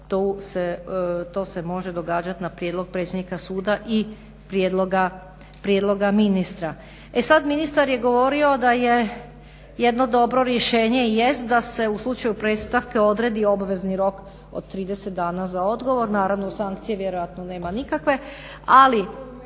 to se može događati na prijedlog predsjednika suda i prijedloga ministra. E sada ministar je govorio da je jedno dobro rješenje jest da se u slučaju predstavke odredi obvezni rok od 30 dana za odgovor, naravno sankcije vjerojatno nema nikakve. Ali